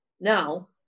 now